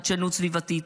דשנות סביבתית,